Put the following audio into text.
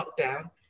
lockdown